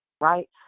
right